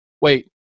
wait